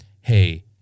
Hey